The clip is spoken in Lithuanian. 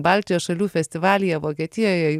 baltijos šalių festivalyje vokietijoje